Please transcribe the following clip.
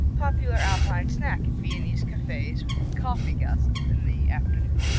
popular alpine snack in viennese cafes with coffee gossip in the afternoon.